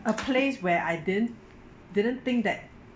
a place where I didn't didn't think that